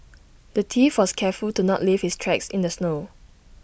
the thief was careful to not leave his tracks in the snow